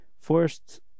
first